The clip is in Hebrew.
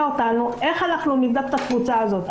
אותנו איך אנחנו נבדוק את הקבוצה הזאת.